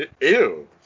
Ew